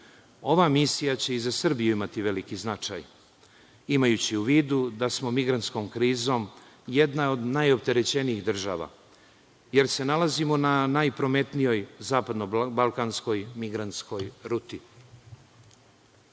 Ova misija će i za Srbiju imati veliki značaj, imajući u vidu da smo migrantskom krizom jedna od najopterećenijih država, jer se nalazimo na najprometnijoj zapadno-balkanskoj migrantskoj ruti. Ono